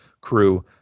crew